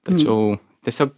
tačiau tiesiog